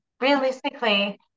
realistically